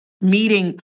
meeting